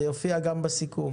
זה יופיע גם בסיכום